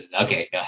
okay